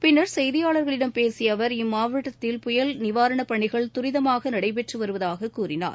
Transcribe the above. பின்னர் செய்தியாளர்களிடம் பேசியஅவர் இம்மாவட்டத்தில் புயல் நிவாரணப் பணிகள் தரிதமாகநடைபெற்றுவருவதாகக் கூறினார்